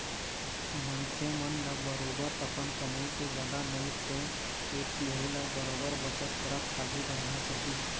मनखे मन ल बरोबर अपन कमई के जादा नई ते एक तिहाई ल बरोबर बचत करत आघु बढ़ना चाही